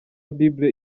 bible